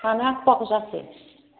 मानो आख' फाख' जाखो